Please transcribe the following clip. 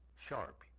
sharp